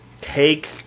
take